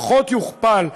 לפחות יוכפל,